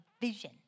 vision